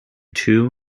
two